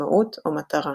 משמעות או מטרה.